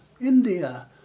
India